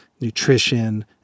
nutrition